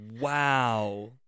Wow